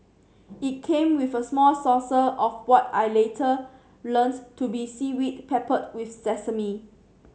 it came with a small saucer of what I later learns to be seaweed peppered with sesame